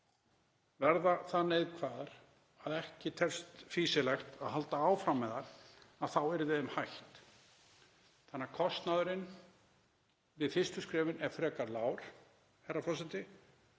verða það neikvæðar að ekki telst fýsilegt að halda áfram með þær þá yrði þeim hætt þannig að kostnaðurinn við fyrstu skrefin er frekar lágur, herra forseti.